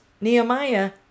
Nehemiah